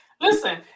Listen